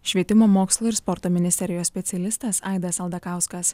švietimo mokslo ir sporto ministerijos specialistas aidas aldakauskas